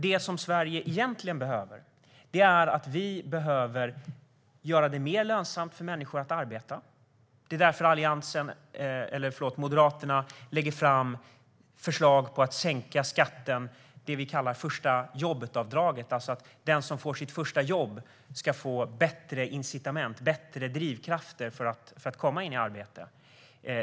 Det som Sverige egentligen behöver är att vi gör det mer lönsamt för människor att arbeta. Det är därför som Moderaterna lägger fram förslag om att sänka skatten, alltså det som vi kallar för förstajobbetavdraget. Det innebär att den som får sitt första jobb ska få bättre incitament, bättre drivkrafter, för att komma in i arbete.